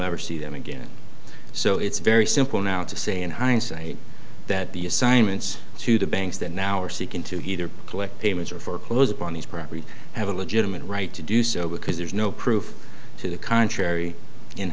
will ever see them again so it's very simple now to say in hindsight that the assignments to the banks that now are seeking to either collect payments or foreclose upon these properties have a legitimate right to do so because there's no proof to the contrary in